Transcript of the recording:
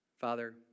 Father